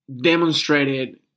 demonstrated